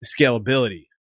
scalability